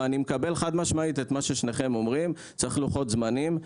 אבל אני מקבל חד-משמעית את מה ששניכם אומרים על כך שצריך לוחות זמנים.